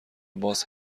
باز